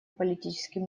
политическим